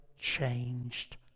changed